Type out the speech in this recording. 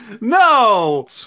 No